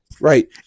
Right